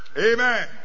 Amen